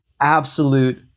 absolute